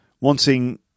wanting